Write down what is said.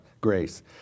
grace